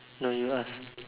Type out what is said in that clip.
no you ask